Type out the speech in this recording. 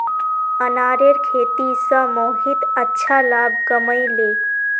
अनारेर खेती स मोहित अच्छा लाभ कमइ ले